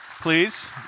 please